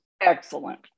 Excellent